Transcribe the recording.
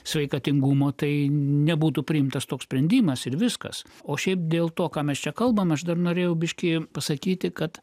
sveikatingumo tai nebūtų priimtas toks sprendimas ir viskas o šiaip dėl to ką mes čia kalbame aš dar norėjau biškį pasakyti kad